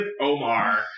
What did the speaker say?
Omar